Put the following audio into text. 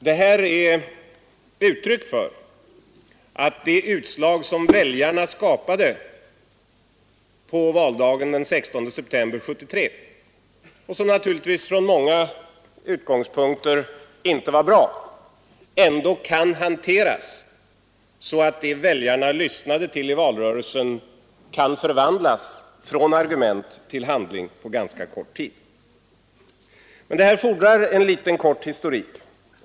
Det här är uttryck för att den parlamentariska situationen som väljarna skapade på valdagen den 16 september 1973 — och som naturligtvis från många utgångspunkter inte var bra — ändå kan hanteras så, att det väljarna lyssnade till i valrörelsen kan förvandlas från argument till handling på ganska kort tid. Detta fordrar en kort historik.